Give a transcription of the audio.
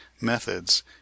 methods